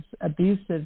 abusive